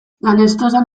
lanestosan